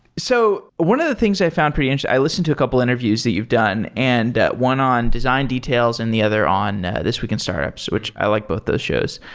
so one of the things i found pretty interesting, i listened to couple interviews that you've done, and one on design details and the other on this week in startups, which i like both those shows.